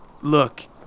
Look